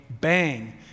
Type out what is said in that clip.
bang